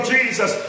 Jesus